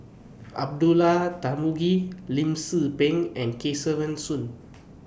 Abdullah Tarmugi Lim Tze Peng and Kesavan Soon